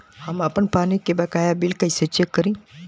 हम आपन पानी के बकाया बिल कईसे चेक करी?